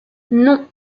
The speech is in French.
non